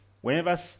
whenever